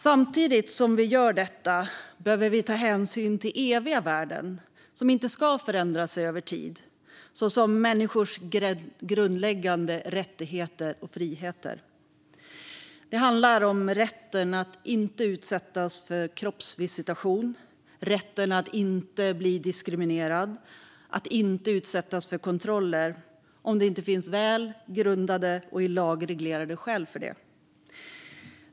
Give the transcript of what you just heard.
Samtidigt som vi gör detta behöver vi ta hänsyn till eviga värden som inte ska förändra sig över tid, såsom människors grundläggande rättigheter och friheter. Det handlar om rätten att inte utsättas för kroppsvisitation, att inte bli diskriminerad och att inte utsättas för kontroller, om det inte finns väl grundade och i lag reglerade skäl för detta.